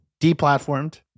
deplatformed